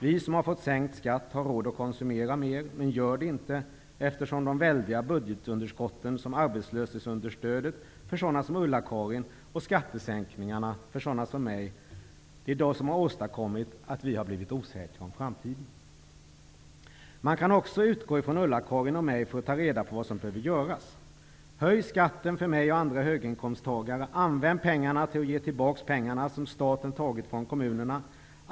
Vi som har fått sänkt skatt har råd att konsumera mer men gör det inte, eftersom de väldiga budgetunderskott som arbetslöshetsunderstödet för sådana som Ulla Karin och skattesänkningarna för sådana som mig har åstadkommit att vi har blivit osäkra om framtiden. Man kan också utgå ifrån Ulla-Karin och mig för att ta reda på vad som behöver göras. Höj skatten för mig och andra höginkomsttagare och använd pengarna till att ge tillbaks pengarna som staten tagit från kommunerna.